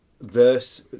verse